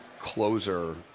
closer